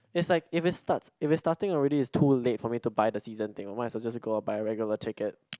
it's like if it starts if it's starting already it's too late for me to buy the season thing might as well just go and buy a regular ticket